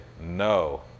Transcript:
no